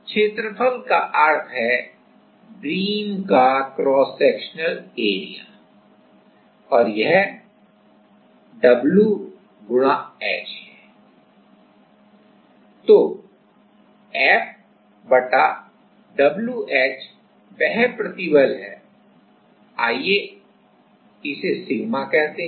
क्षेत्रफल का अर्थ है बीम का क्रॉस सेक्शनल क्षेत्रफल है और यह W×H है तो FWH वह प्रतिबल है आइए इसे σ कहते हैं